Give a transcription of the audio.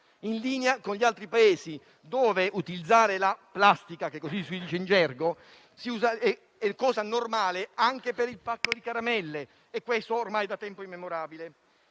in linea con gli altri Paesi, dove utilizzare la plastica - così si dice in gergo - è cosa normale anche per il pacco di caramelle e questo ormai da tempo immemorabile.